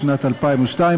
בשנת 2002,